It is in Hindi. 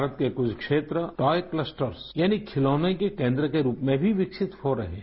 भारत के कुछ क्षेत्र टॉय क्लस्टर्स यानी खिलौनों के केन्द्र के रूप में भी विकसित हो रहे हैं